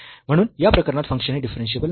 म्हणून या प्रकरणात फंक्शन हे डिफरन्शियेबल नाही